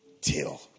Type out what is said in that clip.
Till